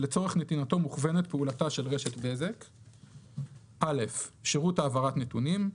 שלצורך נתינתו מוכוונת פעולתה של שירות העברת נתונים,